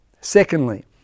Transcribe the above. Secondly